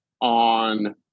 on